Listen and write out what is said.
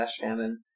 famine